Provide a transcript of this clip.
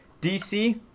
DC